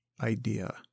idea